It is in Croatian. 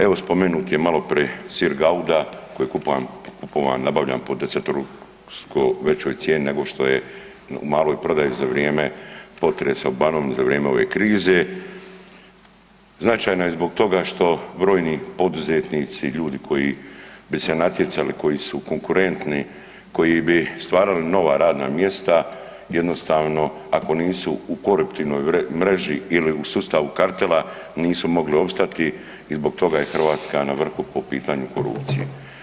Evo spomenut je maloprije sir Gauda koji je nabavljen po desetostruko većoj cijeni nego što je u maloj prodaji za vrijeme potresa u Banovini za vrijeme ove krize, značajna je zbog toga što brojni poduzetnici ljudi koji bi se natjecali, koji su konkurentni, koji bi stvarali nova radna mjesta jednostavno ako nisu u koruptivnoj mreži ili u sustavu kartela nisu mogli opstati i zbog toga je Hrvatska na vrhu po pitanju korupcije.